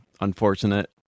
unfortunate